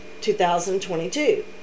2022